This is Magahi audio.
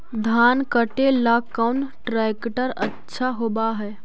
धान कटे ला कौन ट्रैक्टर अच्छा होबा है?